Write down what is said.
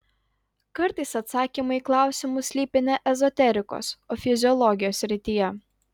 kartais atsakymai į klausimus slypi ne ezoterikos o fiziologijos srityje